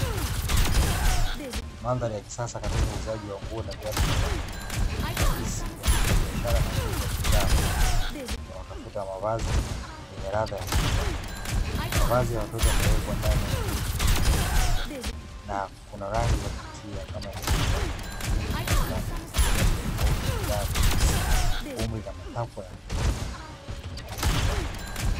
Mandhari ya kisasa Katika uuzaji wa nguo na viatu vya watoto, ukiakisi ubunifu wa biashara na mvuto wa bidhaa kwa wateja wanaotafuta mavazi yenye radha ya utoto, mavazi ya watoto yamewekwa ndani ya mabegi ya kuning'iniza na kuna rangi za kuvutia kama nyeupe, pinki na njano zikionyesha utofauti wa bidhaa kwa wajinsia, umri na matakwa ya wateja.